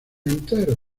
entero